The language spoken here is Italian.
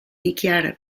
dichiara